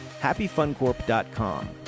HappyFunCorp.com